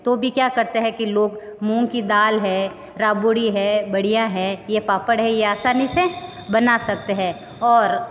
तो भी क्या करते हैं कि लोग मूंग की दाल है राग्बोड़ी है बड़िया है ये पापड़ है ये आसानी से बना सकते हैं और